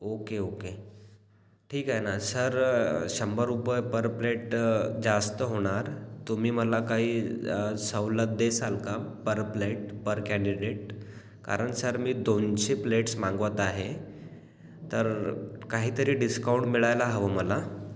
ओ के okay ठीक आहे ना सर शंभर रुपये पर प्लेट जास्त होणार तुम्ही मला काही सवलत देसाल का पर प्लेट पर कॅन्डिडेट कारण सर मी दोनशे प्लेट्स मागवत आहे तर काहीतरी डिस्काऊंट मिळायला हवं मला